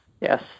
Yes